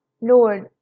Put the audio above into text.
Lord